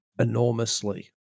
enormously